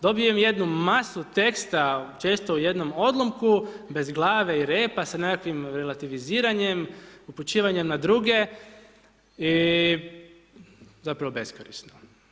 Dobijem jednu masu teksta često u jednom odlomku bez glave i repa sa nekakvim relativiziranjem, upućivanjem na druge i zapravo beskorisno.